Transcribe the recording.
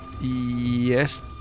Yes